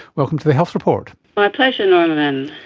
welcome to the health report. my pleasure norman.